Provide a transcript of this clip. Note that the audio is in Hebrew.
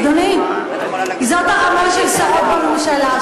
אדוני, זאת הרמה של שרות בממשלה.